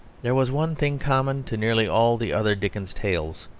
there was one thing common to nearly all the other dickens tales,